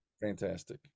Fantastic